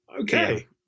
okay